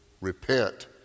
Repent